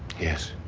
yes,